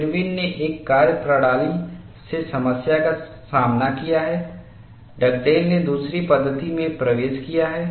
Irwin ने एक कार्यप्रणाली से समस्या का सामना किया है डगडेल ने दूसरी पद्धति में प्रवेश किया है